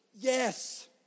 Yes